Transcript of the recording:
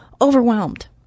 overwhelmed